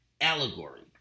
allegory